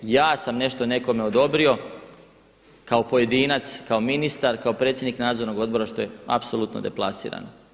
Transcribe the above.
Ja sam nešto nekome odobrio kao pojedinac, kao ministar, kao predsjednik nadzornog odbora što je apsolutno deplasirano.